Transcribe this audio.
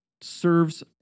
serves